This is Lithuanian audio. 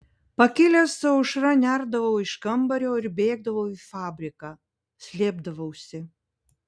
pakilęs su aušra nerdavau iš kambario ir bėgdavau į fabriką slėpdavausi